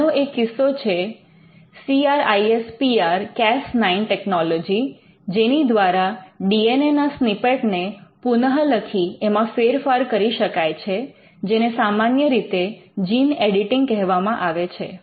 હાલનો એક કિસ્સો છે સીઆરઆઇએસપીઆર કેસનાઈન ટેકનોલોજી જેની દ્વારા ડી એન એ ના સ્નિપેટ ને પુનઃ લખી એમાં ફેરફાર કરી શકાય છે જેને સામાન્ય રીતે જીન એડીટીંગ કહેવામાં આવે છે